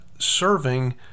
serving